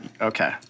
Okay